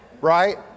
right